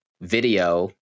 video